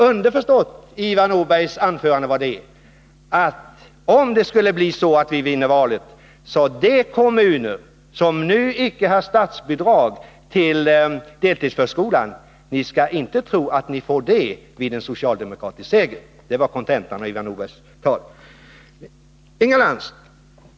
Underförstått var kontentan av Ivar Nordbergs anförande följande: Om det skulle bli så att vi vinner valet, så skall inte de kommuner som nu icke har statsbidrag till deltidsförskolan tro att de kommer att få det i och med en socialdemokratisk seger.